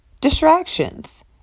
distractions